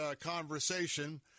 conversation